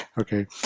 okay